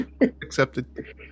accepted